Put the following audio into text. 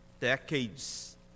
decades